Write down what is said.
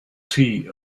tea